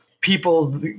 people